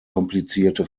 komplizierte